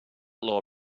law